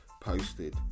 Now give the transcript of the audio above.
posted